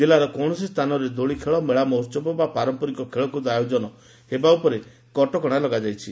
ଜିଲ୍ଲାର କୌଣସି ସ୍ଥାନରେ ଦୋଳି ଖେଳ ମେଳା ମହୋହବ ବା ପାରମ୍ମରିକ ଖେଳକୁଦ ଆୟୋଜନ ହେବା ଉପରେ କଟକଣା ଲଗାଯାଇଛି